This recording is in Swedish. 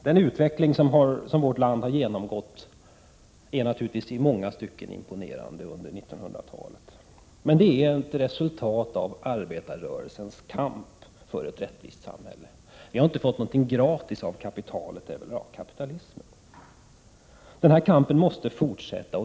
Den utveckling som vårt land har genomgått under 1900-talet är naturligtvis imponerande i många stycken, men den är ett resultat av arbetarrörelsens kamp för ett rättvist samhälle. Vi har inte fått någonting gratis av kapitalet eller kapitalismen. Denna kamp måste fortsätta.